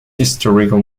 historical